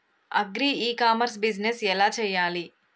Agri e commerce business ఎలా చెయ్యాలి?